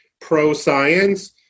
pro-science